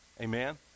Amen